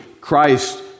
Christ